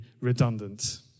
redundant